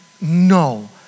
no